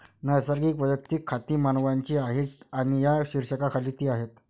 नैसर्गिक वैयक्तिक खाती मानवांची आहेत आणि या शीर्षकाखाली ती आहेत